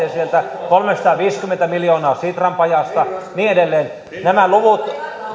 sieltä kolmesataaviisikymmentä miljoonaa sitran pajasta niin edelleen nämä luvut